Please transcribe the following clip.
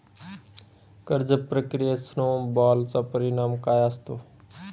कर्ज प्रक्रियेत स्नो बॉलचा परिणाम काय असतो?